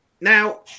Now